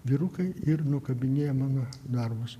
vyrukai ir nukabinėja mano darbus